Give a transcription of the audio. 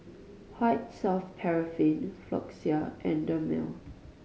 White Soft Paraffin Floxia and Dermale